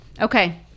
Okay